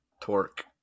torque